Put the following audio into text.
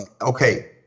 Okay